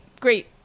Great